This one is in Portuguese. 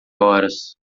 horas